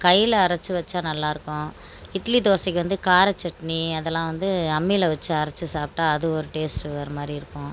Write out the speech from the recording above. கையில் அரைச்சி வச்சால் நல்லா இருக்கும் இட்லி தோசைக்கு வந்து கார சட்னி அதெலாம் வந்து அம்மியில் வச்சு அரச்சு சாப்பிட்டா அது ஒரு டேஸ்ட்டு வேறு மாதிரி இருக்கும்